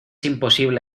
imposible